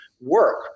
work